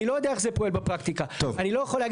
אני לא יודע איך זה פועל בפרקטיקה.